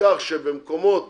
לכך שבמקומות